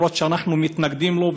אפילו שאנחנו מתנגדים לו,